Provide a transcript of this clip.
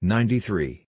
Ninety-three